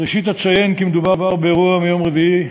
ראשית אציין כי מדובר באירוע מיום רביעי,